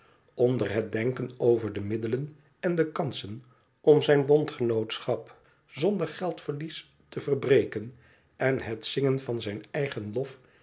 onder het denken over de middelen en de kansen om zijn bondgenootschap zonder geldverlies te verbreken en het zingen van zijn eigen lof